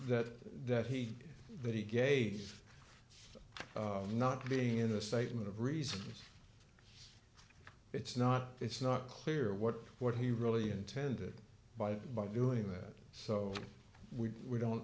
that that he that he gave of not being in a statement of reasons it's not it's not clear what what he really intended by by doing that so we don't